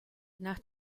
nach